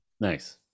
Nice